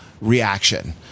reaction